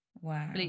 wow